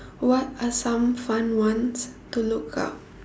what are some fun ones to look out